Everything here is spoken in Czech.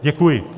Děkuji.